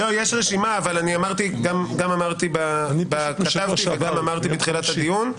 יש רשימה, אבל כתבתי וגם אמרתי בתחילת הדיון,